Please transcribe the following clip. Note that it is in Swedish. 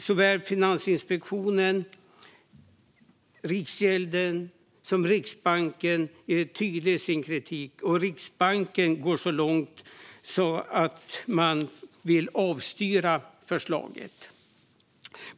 Såväl Finansinspektionen som Riksgälden och Riksbanken är tydliga i sin kritik. Riksbanken går så långt som till att vilja avstyra förslaget.